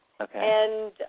Okay